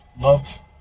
love